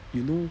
you know